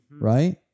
right